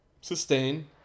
sustain